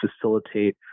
facilitate